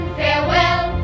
farewell